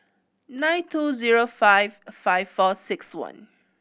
nine two zero five five four six one